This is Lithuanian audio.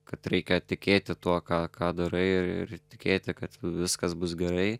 kad reikia tikėti tuo ką ką darai ir ir tikėti kad vi viskas bus gerai